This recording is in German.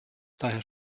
daher